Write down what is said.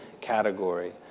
category